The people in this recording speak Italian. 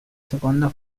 seconda